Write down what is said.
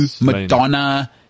Madonna